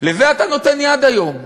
לזה אתה נותן יד היום.